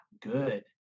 good